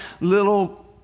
little